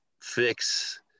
fix